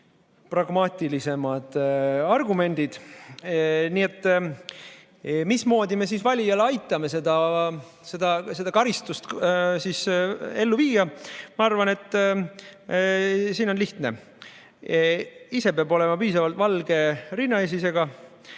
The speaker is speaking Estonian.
pragmaatilisemad argumendid. Mismoodi me siis valijal aitame seda karistust ellu viia? Ma arvan, et see on lihtne. Ise peab olema piisavalt valge rinnaesisega,